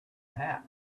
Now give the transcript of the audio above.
hat